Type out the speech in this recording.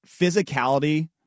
physicality